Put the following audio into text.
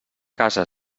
casa